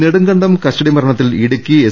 Nedumkandam custody മരണത്തിൽ Idukki S